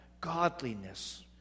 godliness